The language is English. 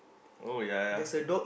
oh ya ya